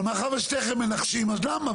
אבל מאחר ושניכם מנחשים, אז למה?